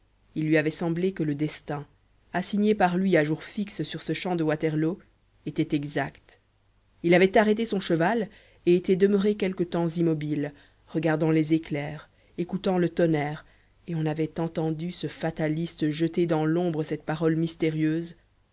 il lui avait semblé que le destin assigné par lui à jour fixe sur ce champ de waterloo était exact il avait arrêté son cheval et était demeuré quelque temps immobile regardant les éclairs écoutant le tonnerre et on avait entendu ce fataliste jeter dans l'ombre cette parole mystérieuse